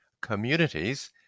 communities